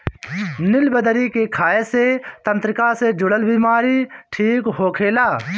निलबदरी के खाए से तंत्रिका से जुड़ल बीमारी ठीक होखेला